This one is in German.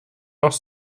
noch